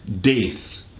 death